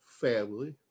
family